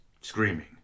Screaming